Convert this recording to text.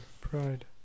pride